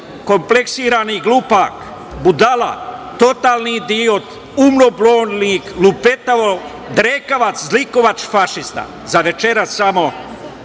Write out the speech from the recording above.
kompleksirani glupak, budala, totalni idiot, umobolnik, lupetalo, drekavac, zlikovac, fašista. Za večeras samo